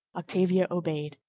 octavia obeyed.